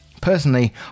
Personally